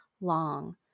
long